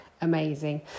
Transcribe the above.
amazing